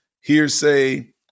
hearsay